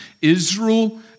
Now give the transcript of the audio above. Israel